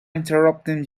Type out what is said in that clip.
interrupting